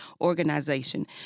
organization